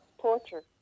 Torture